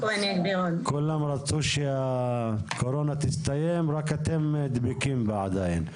כולם רצו שהקורונה תסתיים רק אתם דבקים בה עדיין,